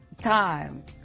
Time